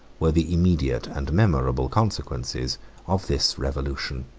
were the immediate and memorable consequences of this revolution.